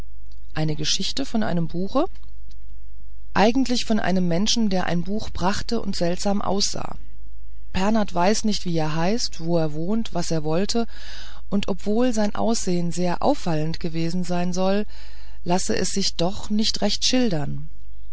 eine geschichte von einem buche eigentlich von einem menschen der ein buch brachte und seltsam aussah pernath weiß nicht wie er heißt wo er wohnt was er wollte und obwohl sein aussehen sehr auffallend gewesen sein soll lasse es sich doch nicht recht schildern